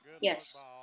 yes